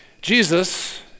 Jesus